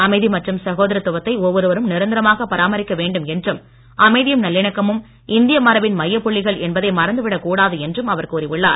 அமைதி மற்றும் சகோதரத்துவத்தை ஒவ்வொருவரும் நிரந்தரமாக பராமரிக்க வேண்டும் என்றும் அமைதியும் நல்லிணக்கமும் இந்திய மரபின் மையப் புள்ளிகள் என்பதை மறந்து விடக் கூடாது என்றும் அவர் கூறியுள்ளார்